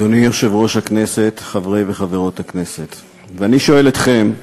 אחריו, חבר הכנסת ג'מאל זחאלקה.